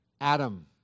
Adam